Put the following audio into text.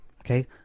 Okay